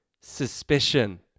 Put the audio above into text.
suspicion